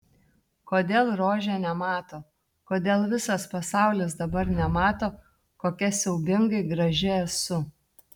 kodėl rožė nemato kodėl visas pasaulis dabar nemato kokia siaubingai graži esu